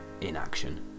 inaction